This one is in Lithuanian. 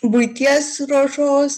buities ruošos